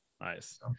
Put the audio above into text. Nice